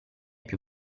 più